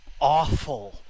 awful